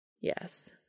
Yes